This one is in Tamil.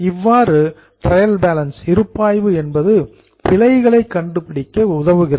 இவ்வாறு டிரையல் பேலன்ஸ் இருப்பாய்வு என்பது பிழைகளை கண்டுபிடிக்க உதவுகிறது